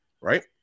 Right